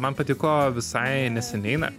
man patiko visai neseniai na